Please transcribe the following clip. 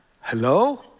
hello